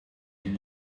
den